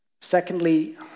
Secondly